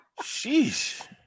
Sheesh